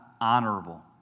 honorable